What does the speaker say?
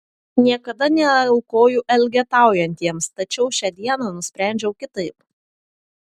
niekada neaukoju elgetaujantiems tačiau šią dieną nusprendžiau kitaip